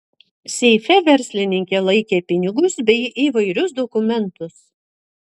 seife verslininkė laikė pinigus bei įvairius dokumentus